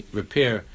repair